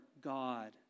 God